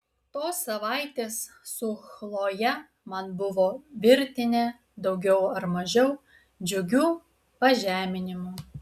tos savaitės su chloje man buvo virtinė daugiau ar mažiau džiugių pažeminimų